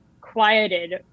quieted